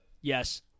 Yes